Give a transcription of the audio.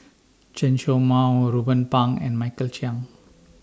Chen Show Mao Ruben Pang and Michael Chiang